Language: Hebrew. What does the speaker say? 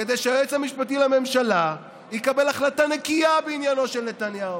כדי שהיועץ המשפטי לממשלה יקבל החלטה נקייה בעניינו של נתניהו.